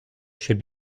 should